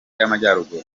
y’amajyaruguru